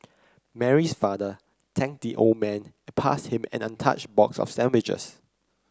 Mary's father thanked the old man and passed him an untouched box of sandwiches